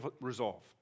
resolve